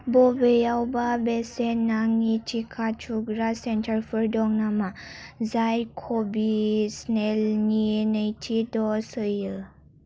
बबेयावबा बेसेन नाङि टिका थुग्रा सेन्टारफोर दं नामा जाय कविसिल्दनि नैथि द'ज होयो